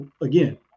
again